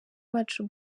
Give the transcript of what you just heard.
wacu